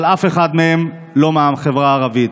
אבל אף אחד מהם לא מהחברה הערבית.